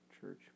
Church